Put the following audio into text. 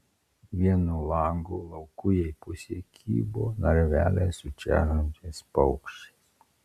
vieno lango laukujėj pusėj kybo narveliai su čežančiais paukščiais